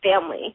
family